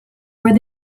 where